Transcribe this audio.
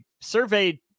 surveyed